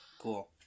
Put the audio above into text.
Cool